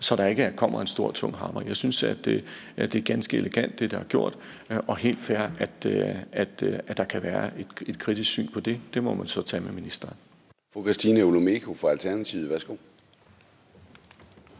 så der ikke kommer en stor, tung hammer. Jeg synes, at det, der er gjort, er ganske elegant, og det er helt fair, at der kan være et kritisk syn på det. Det må man så tage med ministeren.